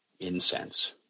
incense